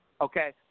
Okay